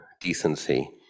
decency